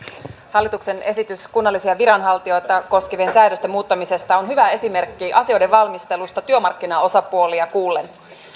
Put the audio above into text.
hallituksen esitys kunnallisia viranhaltijoita koskevien säädösten muuttamisesta on hyvä esimerkki asioiden valmistelusta työmarkkinaosapuolia kuullen